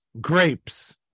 grapes